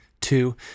Two